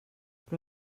però